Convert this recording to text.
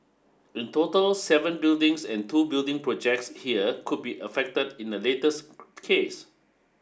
in total seven buildings and two building projects here could be affected in the latest case